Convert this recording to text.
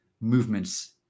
movements